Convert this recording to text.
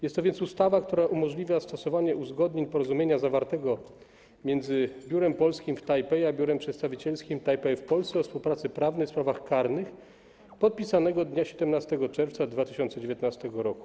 Jest to więc ustawa, która umożliwia stosowanie uzgodnień porozumienia zawartego między Biurem Polskim w Tajpej a Biurem Przedstawicielskim Tajpej w Polsce o współpracy prawnej w sprawach karnych, podpisanego dnia 17 czerwca 2019 r.